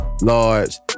large